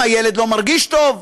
ואם הילד לא מרגיש טוב,